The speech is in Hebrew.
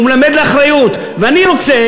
הוא מלמד לאחריות, ואני רוצה